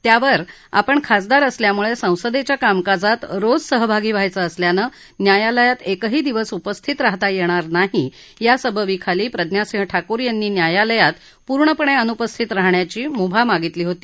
त्यावर आपण खासदार असल्यामुळे संसदेच्या कामकाजात रोज सहभागी व्हायचं असल्यानं न्यायालयात एकही दिवस उपस्थित राहता येणार नाही या सबबीखाली प्रज्ञा सिंह ठाकुर यांनी न्यायालयात पूर्णपणे अनुपस्थित राहण्याची मुभा मागितली होती